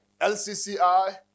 LCCI